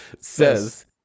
says